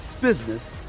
business